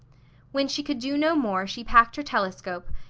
when she could do no more she packed her telescope,